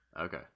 Okay